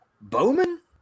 Bowman